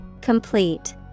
Complete